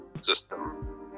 system